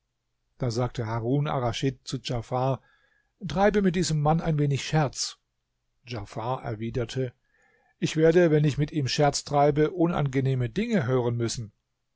da sagte harun arraschid zu djafar treibe mit diesem mann ein wenig scherz djafar erwiderte ich werde wenn ich mit ihm scherz treibe unangenehme dinge hören müssen